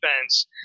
defense